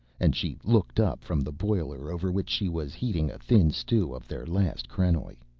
and she looked up from the boiler over which she was heating a thin stew of their last krenoj.